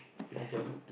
okay